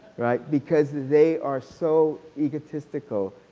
because they are so egotistical.